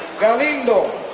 galindo